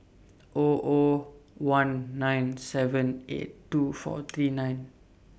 O O one nine seven eight two four three nine